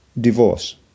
Divorce